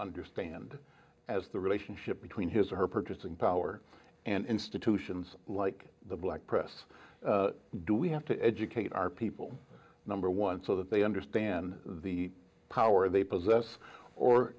understand as the relationship between his or her purchasing power and institutions like the black press do we have to educate our people number one so that they understand the power they possess or